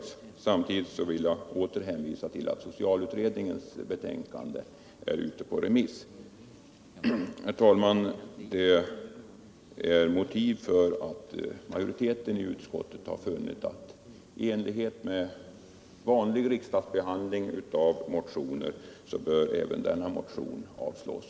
Samtidigt vill jag åter hänvisa till att socialutredningens betänkande är ute på remiss. Herr talman! Detta är motiven för att majoriteten i utskottet har funnit att motionen bör avslås.